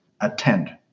attend